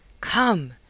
Come